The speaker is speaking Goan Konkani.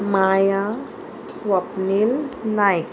माया स्वपनील नायक